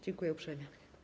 Dziękuję uprzejmie.